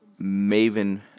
maven